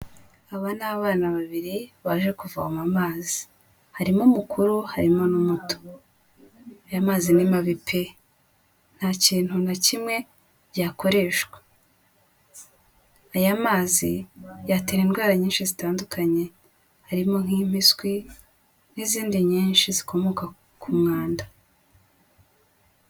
Aba ni abana babiri baje kuvoma amazi, harimo umukuru harimo n'umuto, aya mazi ni mabi pe nta kintu na kimwe yakoreshwa, aya mazi yatera indwara nyinshi zitandukanye harimo nk'impiswi n'izindi nyinshi zikomoka ku mwanda.